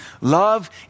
Love